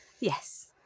Yes